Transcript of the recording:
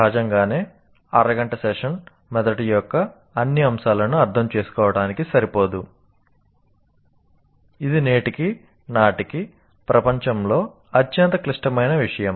సహజంగానే అరగంట సెషన్ మెదడు యొక్క అన్ని అంశాలను అర్థం చేసుకోవడానికి సరిపోదు ఇది నేటి నాటికి ప్రపంచంలో అత్యంత క్లిష్టమైన విషయం